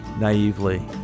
naively